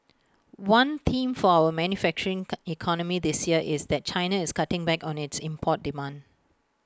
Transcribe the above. one theme for our manufacturing economy this year is that China is cutting back on its import demand